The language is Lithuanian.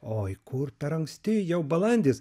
oi kur per anksti jau balandis